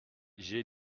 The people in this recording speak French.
j’ai